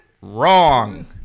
Wrong